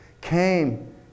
came